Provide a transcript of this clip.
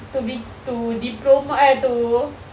to be to diplo~ eh to